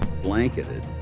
blanketed